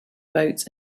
boats